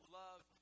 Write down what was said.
love